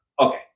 okay